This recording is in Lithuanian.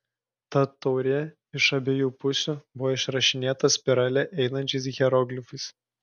ta taurė iš abiejų pusių buvo išrašinėta spirale einančiais hieroglifais